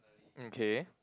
um K